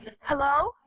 Hello